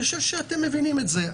אני חושב שאתם מבינים את זה,